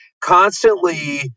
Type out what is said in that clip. constantly